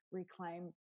reclaim